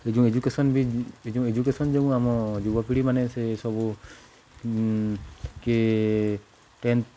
ଏ ଯେଉଁ ଏଜୁକେସନ୍ବି ଏ ଯେଉଁ ଏଜୁକେସନ୍ ଯେଉଁ ଆମ ଯୁବପିଢ଼ିମାନେ ସେସବୁ କିଏ ଟେନ୍ଥ